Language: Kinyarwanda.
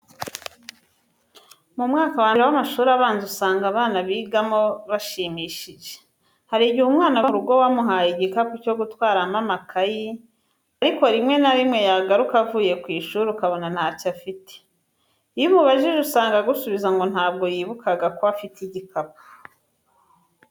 Mu mwaka wa mbere w'amashuri abanza usanga abana bigamo bashimishije. Hari igihe umwana ava mu rugo wamuhaye igikapu cyo gutwaramo amakayi ariko rimwe na rimwe yagaruka avuye ku ishuri ukabona ntacyo afite. Iyo umubajije usanga agusubiza ngo ntabwo yibukaga ko afite igikapu.